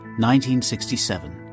1967